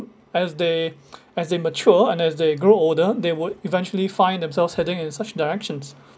as they as they mature and as they grow older they would eventually find themselves heading in such directions